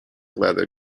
leather